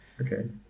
Okay